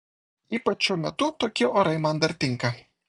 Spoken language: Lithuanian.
ypač šiuo metu tokie orai man dar tinka